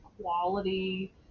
quality